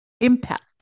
impact